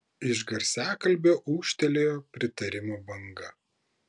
iš garsiakalbio ūžtelėjo pritarimo banga